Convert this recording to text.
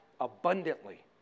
abundantly